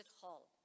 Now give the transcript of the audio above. Hall